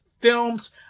films